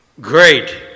Great